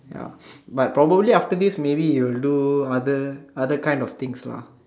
ya but probably after this maybe you'll do other other kind of things lah